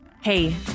Hey